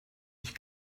ich